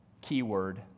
Keyword